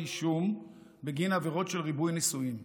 אישום בגין עבירות של ריבוי נישואים,